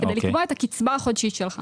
כדי לקבוע את הקצבה החודשית שלך.